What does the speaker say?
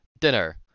dinner